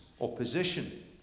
opposition